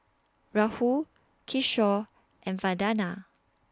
Rahul Kishore and Vandana